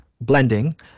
blending